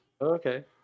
Okay